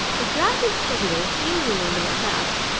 the grand inquisitor, seeing me one day at mass,